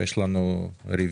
יש לנו רביזיה.